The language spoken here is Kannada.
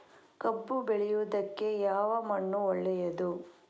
ಕಬ್ಬು ಬೆಳೆಯುವುದಕ್ಕೆ ಯಾವ ಮಣ್ಣು ಒಳ್ಳೆಯದು?